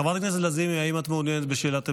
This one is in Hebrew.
חברת הכנסת לזימי, האם את מעוניינת בשאלת המשך?